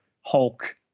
Hulk